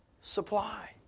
supply